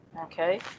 Okay